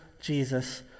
Jesus